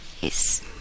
yes